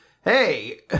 hey